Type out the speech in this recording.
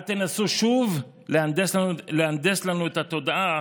אל תנסו שוב להנדס לנו את התודעה